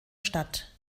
stadt